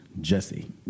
Jesse